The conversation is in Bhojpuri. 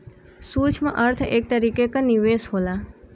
सूक्ष्म अर्थ एक तरीके क निवेस होला